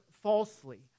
falsely